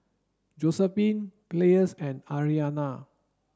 Josephine Pleas and Ariana